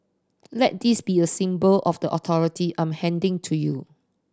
let this be a symbol of the authority I'm handing to you